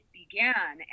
began